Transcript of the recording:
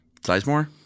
Sizemore